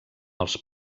els